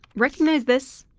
recognize this?